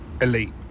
elite